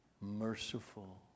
merciful